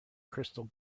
crystal